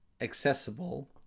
accessible